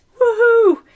woohoo